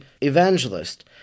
evangelist